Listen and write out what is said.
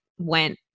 went